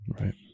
Right